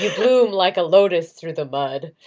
bloom like a lotus through the mud.